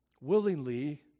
willingly